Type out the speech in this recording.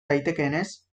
daitekeenez